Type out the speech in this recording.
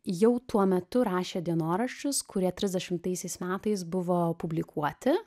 jau tuo metu rašė dienoraščius kurie trisdešimtaisiais metais buvo publikuoti